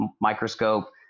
microscope